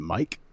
Mike